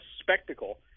spectacle